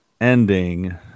ending